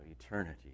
eternity